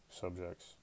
subjects